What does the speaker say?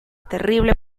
terrible